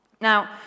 Now